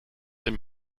dem